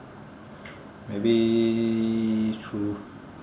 maybe true